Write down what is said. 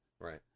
right